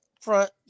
front